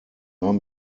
haben